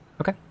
Okay